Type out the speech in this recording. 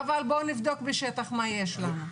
אבל בואו נבדוק בשטח מה יש לנו.